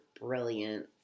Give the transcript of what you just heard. brilliant